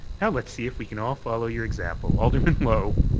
now let's see if we can all follow your example. alderman lowe.